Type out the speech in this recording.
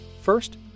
First